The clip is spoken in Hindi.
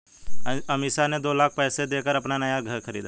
अमीषा ने दो लाख पैसे देकर अपना नया घर खरीदा